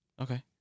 okay